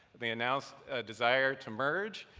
they announced a desire to merge,